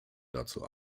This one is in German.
dazu